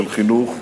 של חינוך.